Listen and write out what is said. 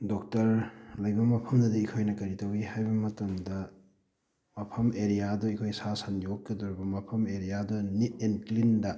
doctor ꯂꯩꯕ ꯃꯐꯝꯗꯗꯤ ꯑꯩꯈꯣꯏꯅ ꯀꯔꯤ ꯇꯧꯋꯤ ꯍꯥꯏꯕ ꯃꯇꯝꯗ ꯃꯐꯝ ꯑꯔꯤꯌꯥꯗꯨꯗ ꯑꯩꯈꯣꯏ ꯁꯥ ꯁꯟ ꯌꯣꯛꯀꯗꯧꯔꯤꯕ ꯃꯐꯝ ꯑꯔꯤꯌꯥꯗꯨꯗ ꯅꯤꯠ ꯑꯦꯟ ꯀ꯭ꯂꯤꯟꯗ